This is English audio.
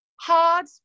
hard